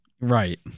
right